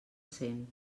cent